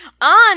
On